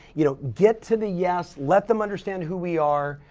you know get to the yes, let them understand who we are,